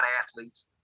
athletes